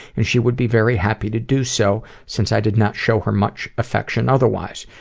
and she would be very happy to do so, since i did not show her much affection otherwise.